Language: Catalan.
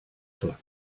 pla